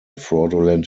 fraudulent